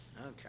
Okay